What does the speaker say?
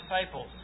disciples